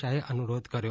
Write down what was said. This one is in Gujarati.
શાહે અનુરોધ કર્યો